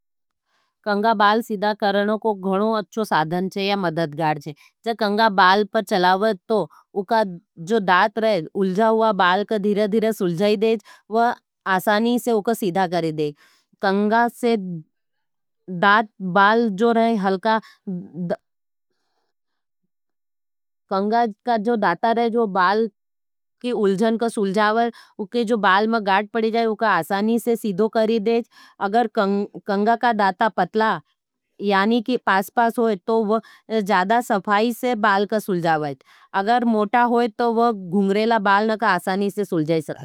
कंगा बाल सीधा करनो को गणो अच्छो साधन छे ये मददगार छे। जब कंगा बाल पर चलावए तो उका जो दात रहे उलज़ावा बाल का धीरह धीरह सुलजाए देज वा आसानी से उका सीधा करे देज अगर कंगा का दाता पतला यानि की पास पास होई तो ज़ादा सफाई से बाल का सुलजावा। अगर मोटा होई तो गुंगरेला बाल नका आसानी से सुलजाए।